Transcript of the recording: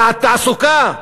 יעד התעסוקה.